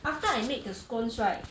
after I made the scones right